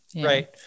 Right